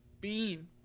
Bean